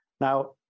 now